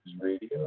Radio